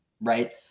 right